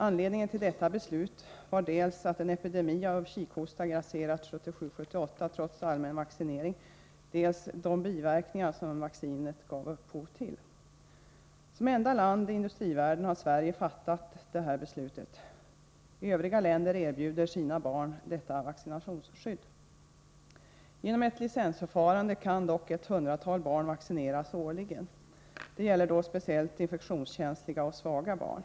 Anledningen till detta beslut var dels att en epidemi av kikhosta grasserat 1977-1978 trots allmän vaccinering, dels de biverkningar som vaccinet gav upphov till. Sverige är det enda av länderna inom industrivärlden som har fattat ett sådant beslut. Övriga länder erbjuder sina barn detta vaccinationsskydd. Genom ett licensförfarande kan dock ett hundratal barn vaccineras årligen. Det gäller då speciellt infektionskänsliga och svaga barn.